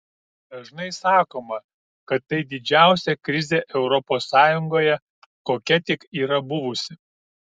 dažnai sakoma kad tai didžiausia krizė europos sąjungoje kokia tik yra buvusi